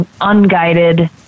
unguided